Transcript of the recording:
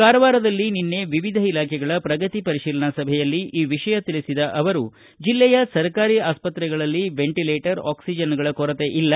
ಕಾರವಾರದಲ್ಲಿ ನಿನ್ನೆ ವಿವಿಧ ಇಲಾಖೆಗಳ ಪ್ರಗತಿ ಪರಿಶೀಲನಾ ಸಭೆಯಲ್ಲಿ ಈ ವಿಷಯ ತಿಳಿಸಿದ ಅವರು ಜಿಲ್ಲೆಯ ಸರಕಾರಿ ಆಸ್ಪತ್ರೆಗಳಲ್ಲಿ ವೆಂಟಲೇಟರ್ ಆಕ್ಲಿಜನ್ಗಳ ಕೊರತೆ ಇಲ್ಲ